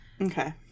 Okay